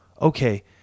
okay